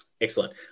excellent